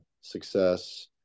success